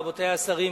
רבותי השרים,